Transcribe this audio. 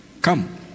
come